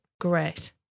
Great